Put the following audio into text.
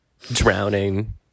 drowning